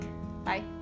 Bye